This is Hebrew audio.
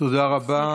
תודה רבה.